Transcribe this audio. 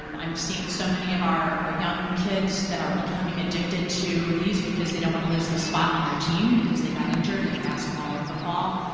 um i'm seeing so many of our our young kids that are becoming addicted to these because they don't want to lose the spot on their team because they got injured at basketball or football.